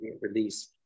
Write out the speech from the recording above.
release